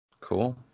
cool